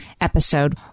episode